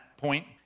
point